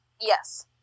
Yes